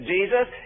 Jesus